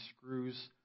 screws